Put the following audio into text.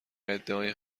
ادعای